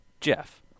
Jeff